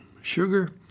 Sugar